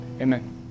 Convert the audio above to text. Amen